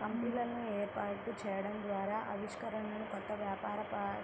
కంపెనీలను ఏర్పాటు చేయడం ద్వారా ఆవిష్కరణలు, కొత్త వ్యాపార